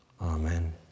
Amen